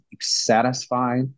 satisfied